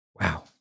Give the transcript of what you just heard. Wow